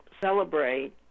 celebrate